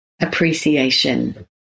appreciation